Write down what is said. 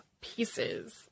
pieces